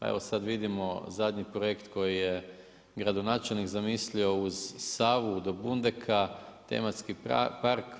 Evo, sad vidimo zadnji projekt koji je gradonačelnik zamislio uz Savu do Bundeka, tematski park.